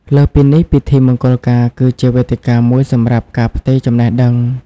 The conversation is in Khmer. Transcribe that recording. លើសពីនេះ ពិធីមង្គលការគឺជាវេទិកាមួយសម្រាប់ ការផ្ទេរចំណេះដឹង ។